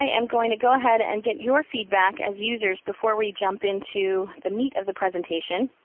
am going to go ahead and get your feedback as users before we jump into the meat of the presentation.